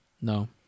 No